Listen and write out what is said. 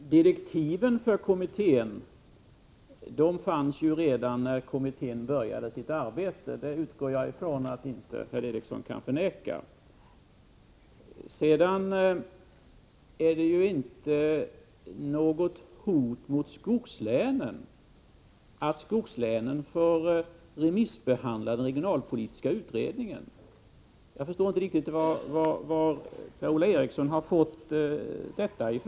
Herr talman! Direktiven för kommittén fanns redan när kommittén började sitt arbete. Jag utgår från att Per-Ola Eriksson inte kan förneka detta. Vidare är det väl inte något hot mot skogslänen att man där får remissbehandla den regionalpolitiska utredningen. Jag förstår inte varifrån Per-Ola Eriksson fått detta.